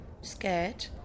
scared